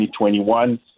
2021